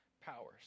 powers